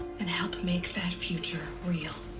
and help make that future real